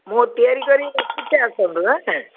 ମୁଁ ତିଆରି କରିକି ରଖଛିି ଆସନ୍ତୁ ହେଁ